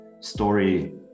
story